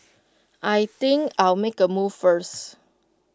I think I'll make A move first